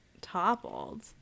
toppled